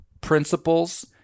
principles